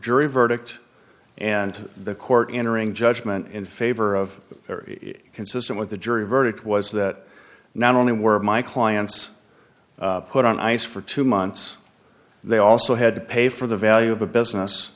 jury verdict and the court entering judgment in favor of a very consistent with the jury verdict was that not only were my clients put on ice for two months they also had to pay for the value of a business